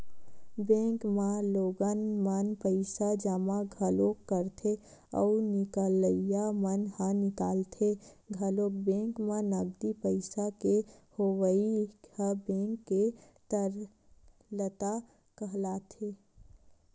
bank म लोगन मन पइसा जमा घलोक करथे अउ निकलइया मन ह निकालथे घलोक बेंक म नगदी पइसा के होवई ह बेंक के तरलता कहलाथे